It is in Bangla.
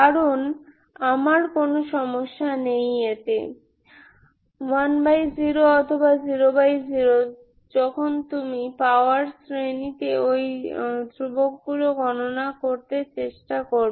কারণ আমার কোনো সমস্যা নেই এতে 10 অথবা 00 যখন তুমি ঘাত শ্রেণিতে ওই ধ্রুবকগুলি গণনা করতে চেষ্টা করবে